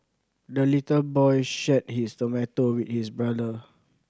the little boy shared his tomato with his brother